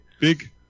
Big